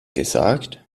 gesagt